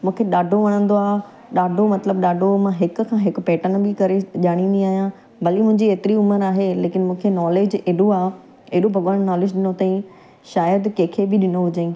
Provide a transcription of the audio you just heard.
मूंखे ॾाढो वणंदो आहे ॾाढो मतिलबु ॾाढो मां हिक खां हिक पेटन बि करे ॼाणींदी आहियां भली मुंहिंजे एतिरी उमिरि आहे लेकिन मूंखे नॉलेज एॾो आहे एॾो भॻवानु नॉलेज ॾिनो अथई शायदि कंहिंखे बि ॾिनो हुजईं